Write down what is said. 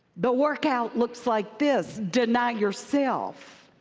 but workout looks like this deny yourself.